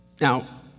Now